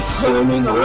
turning